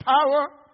power